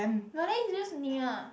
Malay use [nia]